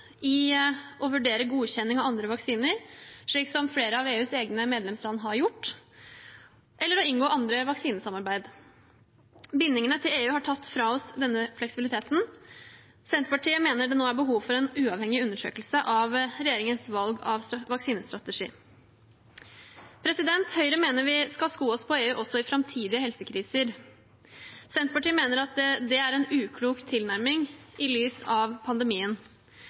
å vurdere godkjenning av andre vaksiner, slik som flere av EUs egne medlemsland har gjort, eller inngå andre vaksinesamarbeid. Bindingene til EU har tatt fra oss denne fleksibiliteten. Senterpartiet mener det nå er behov for en uavhengig undersøkelse av regjeringens valg av vaksinestrategi. Høyre mener vi skal sko oss på EU også i framtidige helsekriser. Senterpartiet mener at det er en uklok tilnærming, i lys av pandemien.